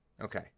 Okay